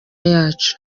yacu